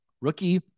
rookie